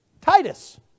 Titus